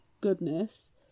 goodness